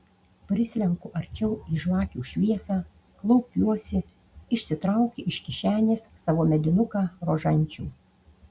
prislenku arčiau į žvakių šviesą klaupiuosi išsitraukiu iš kišenės savo medinuką rožančių